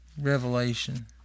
Revelation